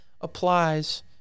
applies